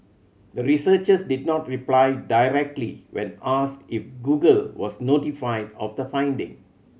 the researchers did not reply directly when asked if Google was notified of the finding